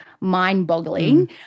mind-boggling